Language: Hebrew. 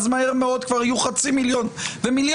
אז מהר מאוד כבר יהיו חצי מיליון ומיליון.